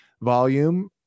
Volume